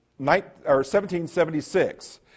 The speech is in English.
1776